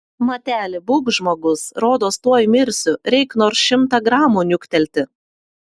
mateli būk žmogus rodos tuoj mirsiu reik nors šimtą gramų niuktelti